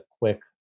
quick